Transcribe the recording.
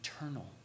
eternal